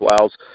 Wales